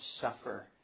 suffer